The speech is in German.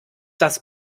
das